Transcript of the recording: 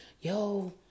yo